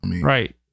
right